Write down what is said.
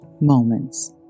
Moments